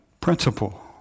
principle